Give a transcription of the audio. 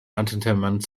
entertainment